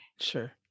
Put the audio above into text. Sure